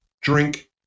drink